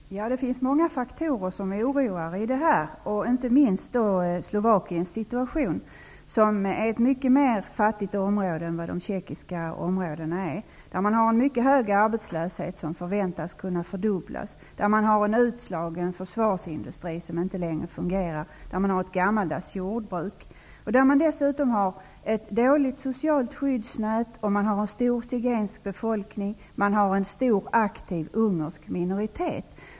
Herr talman! Det finns många faktorer som oroar i detta. Det gäller inte minst Slovakiens situation. Det är ett mycket fattigare område än det tjeckiska. Man har en mycket hög arbetslöshet där, och den förväntas kunna fördubblas. Man har en utslagen försvarsindustri som inte längre fungerar och ett gammaldags jordbruk. Dessutom har man ett dåligt socialt skyddsnät, en stor zigensk befolkning och en aktiv stor ungersk minoritet.